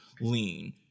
lean